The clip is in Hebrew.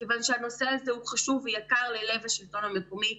כיוון שהנושא הזה חשוב ויקר ללב השלטון המקומי.